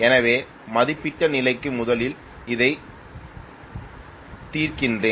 எனவே மதிப்பிடப்பட்ட நிலைக்கு முதலில் அதைத் தீர்க்கிறேன்